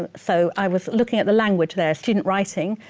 ah so i was looking at the language there, student writing.